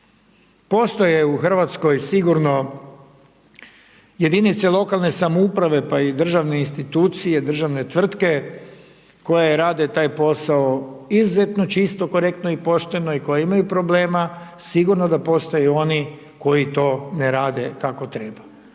Postoje u Hrvatskoj sigurno jedinice lokalne samouprave, pa i državne institucije, državne tvrtke, koje rade taj posao izuzetno čisto, korektno i pošteno i koji imaju problema, sigurno da postoje oni koji to ne rade kako treba.